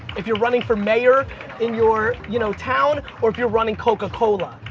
if you're running for mayor in your you know town or if you're running coca-cola,